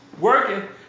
working